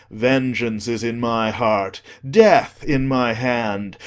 vengeance is in my heart, death in my hand,